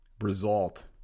result